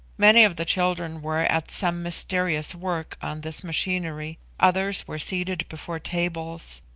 many of the children were at some mysterious work on this machinery, others were seated before tables.